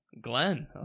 Glenn